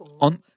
on